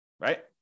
right